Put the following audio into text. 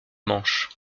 manche